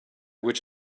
which